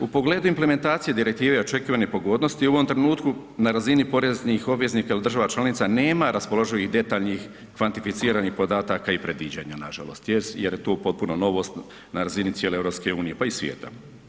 U pogledu implementacije direktive očekivane pogodnosti u ovom trenutku na razini poreznih obveznika ili država članica, nema raspoloživih detaljnih kvantificiranih podataka i predviđanja nažalost jer je to u potpuno novost na razini cijele EU, pa i svijeta.